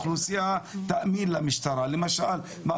למה שאיימן אמר,